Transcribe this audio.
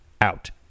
out